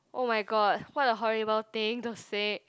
oh-my-god what a horrible thing to say